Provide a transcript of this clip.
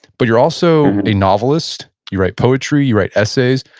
but you're also a novelist, you write poetry, you write essays.